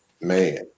man